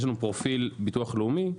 יש לנו פרופיל ביטוח לאומי,